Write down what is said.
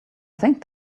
think